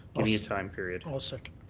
give me a time period. i'll second.